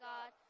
God